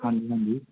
ਹਾਂਜੀ ਹਾਂਜੀ